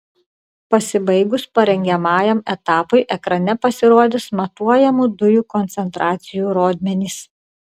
pasibaigus parengiamajam etapui ekrane pasirodys matuojamų dujų koncentracijų rodmenys